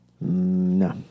No